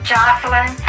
Jocelyn